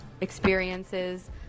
experiences